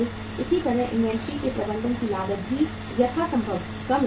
इसी तरह इन्वेंट्री के प्रबंधन की लागत भी यथासंभव कम रहती है